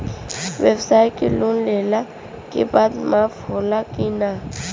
ब्यवसाय के लोन लेहला के बाद माफ़ होला की ना?